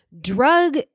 drug